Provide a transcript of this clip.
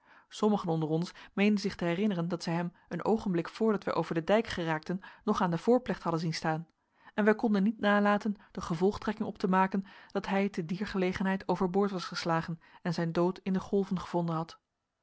sommige onder ons meenden zich te herinneren dat zij hem een oogenblik voordat wij over den dijk geraakten nog aan de voorplecht hadden zien staan en wij konden niet nalaten de gevolgtrekking op te maken dat hij te dier gelegenheid over boord was geslagen en zijn dood in de golven gevonden had